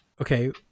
Okay